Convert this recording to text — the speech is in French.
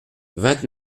vingt